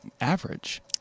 average